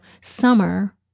summer